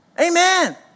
Amen